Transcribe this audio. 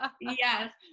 Yes